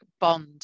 bond